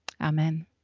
Amen